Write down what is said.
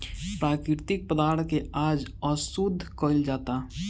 प्राकृतिक पदार्थ के आज अशुद्ध कइल जाता